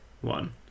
one